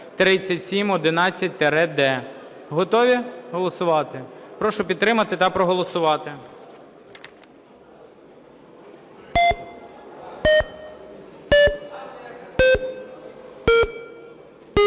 Готові голосувати? Прошу підтримати та проголосувати.